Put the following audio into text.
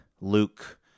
Luke